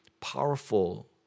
powerful